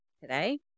today